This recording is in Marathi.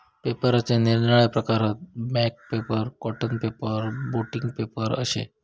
पेपराचे निरनिराळे प्रकार हत, bank paper, cotton paper, blotting paper अशे